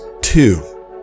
two